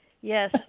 Yes